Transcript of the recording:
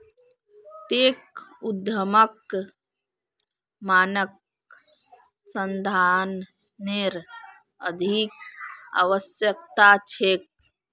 tech उद्यमक मानव संसाधनेर अधिक आवश्यकता छेक